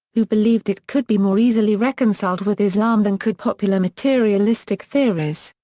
who believed it could be more easily reconciled with islam than could popular materialistic theories.